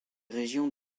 régions